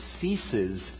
ceases